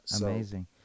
Amazing